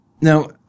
now